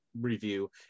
review